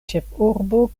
ĉefurbo